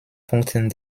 punkten